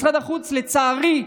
משרד החוץ טוען, לצערי,